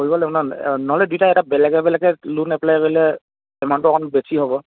কৰিব লাগিব ন নহ'লে দুয়োটাই এটা বেলেগে বেলেগে লোন এপ্লাই কৰিলে এমাউণ্টটো অকণ বেছি হ'ব